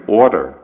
order